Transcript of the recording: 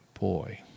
boy